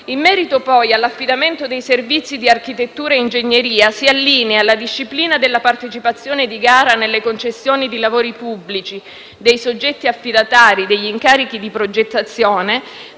In merito poi all'affidamento dei servizi di architettura e ingegneria, si allinea la disciplina della partecipazione di gara nelle concessioni di lavori pubblici dei soggetti affidatari degli incarichi di progettazione